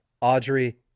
Audrey